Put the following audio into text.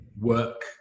work